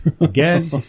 Again